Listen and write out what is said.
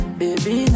baby